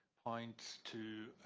points to